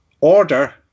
order